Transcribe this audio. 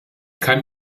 kann